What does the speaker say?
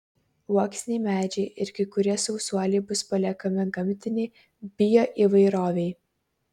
uoksiniai medžiai ir kai kurie sausuoliai bus paliekami gamtinei bioįvairovei